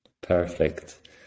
Perfect